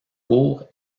cour